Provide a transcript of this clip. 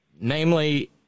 Namely